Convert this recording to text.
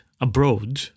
abroad